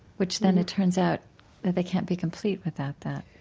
which then it turns out that they can't be complete without that